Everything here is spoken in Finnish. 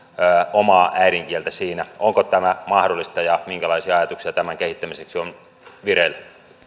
omaa äidinkieltä siinä onko tämä mahdollista ja minkälaisia ajatuksia tämän kehittämiseksi on vireillä